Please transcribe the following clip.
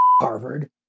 Harvard